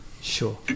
Sure